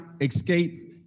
escape